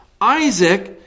Isaac